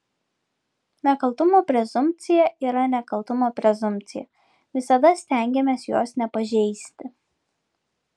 nekaltumo prezumpcija yra nekaltumo prezumpcija visada stengiamės jos nepažeisti